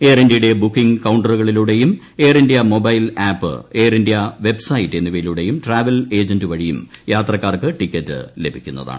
എയർഇന്ത്യയുടെ booking കൌണ്ട റുകളിലൂടെയും air India mobile app air India website എന്നിവയിലൂടെയും ട്രാവൽ ഏജന്റ് വഴിയും യാത്രക്കാർക്ക് ടിക്കറ്റ് ലഭിക്കുന്നതാണ്